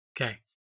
Okay